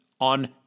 on